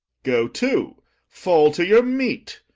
go to fall to your meat.